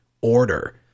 order